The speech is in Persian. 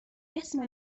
اسم